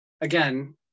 again